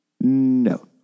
No